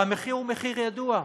והמחיר הוא מחיר ידוע,